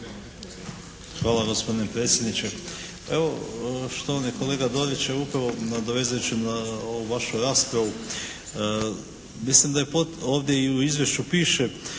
Hvala gospodine predsjedniče. Evo štovani kolega Dorić je upravo nadovezujući na ovu vašu raspravu mislim da je ovdje i u izvješću piše